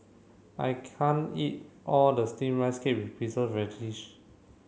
I can't eat all of Steamed Rice Cake with Preserved Radish